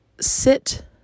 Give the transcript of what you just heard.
sit